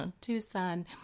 Tucson